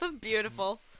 Beautiful